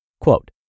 Quote